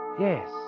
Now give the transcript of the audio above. Yes